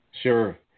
Sure